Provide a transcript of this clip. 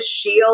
shield